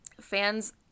Fans